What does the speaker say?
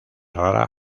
rara